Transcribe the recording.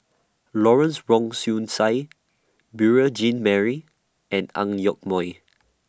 Lawrence Wong Shyun Tsai Beurel Jean Marie and Ang Yoke Mooi